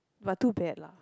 but too bad lah